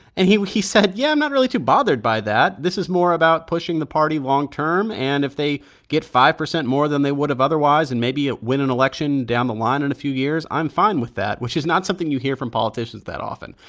and he he said, yeah, i'm not really too bothered by that. this is more about pushing the party long-term. and if they get five percent more than they would have otherwise and maybe ah win an election down the line in a few years, i'm fine with that, which is not something you hear from politicians that often.